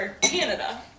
Canada